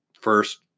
first